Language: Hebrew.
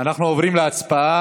אנחנו עוברים להצבעה